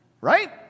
Right